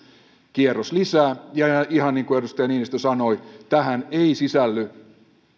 kierros lisää ja ihan niin kuin edustaja niinistö sanoi tähän ei sisälly